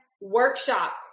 workshop